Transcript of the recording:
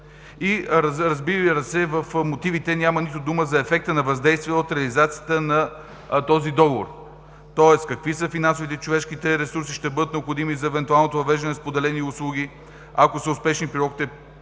разбира се, няма нито дума за ефекта на въздействие от реализацията на този договор. Какви финансови и човешки ресурси ще бъдат необходими за евентуалното въвеждане на споделени услуги? Ако са успешни пилотните